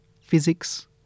physics